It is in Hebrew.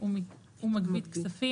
ומגבית כספים),